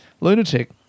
Lunatic